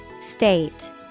State